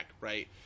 right